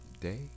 day